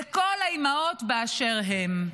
לכל האימהות באשר הן.